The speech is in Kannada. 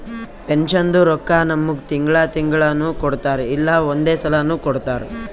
ಪೆನ್ಷನ್ದು ರೊಕ್ಕಾ ನಮ್ಮುಗ್ ತಿಂಗಳಾ ತಿಂಗಳನೂ ಕೊಡ್ತಾರ್ ಇಲ್ಲಾ ಒಂದೇ ಸಲಾನೂ ಕೊಡ್ತಾರ್